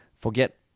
forget